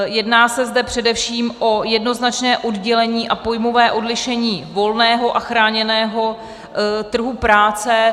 Jedná se zde především o jednoznačné oddělení a pojmové odlišení volného a chráněného trhu práce.